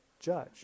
Judge